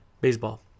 Baseball